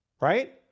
Right